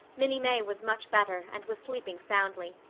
minnie may was much better and was sleeping soundly.